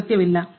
ಇದರ ಅರ್ಥವೇನು